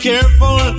careful